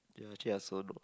ya actually I also know